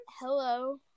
Hello